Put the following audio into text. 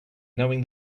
knowing